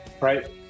right